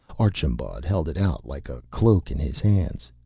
archambaud held it out like a cloak in his hands.